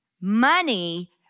money